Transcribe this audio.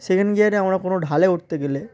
second গিয়ারে আমরা কোনো ঢালে উঠতে গেলে